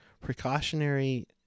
precautionary